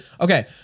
Okay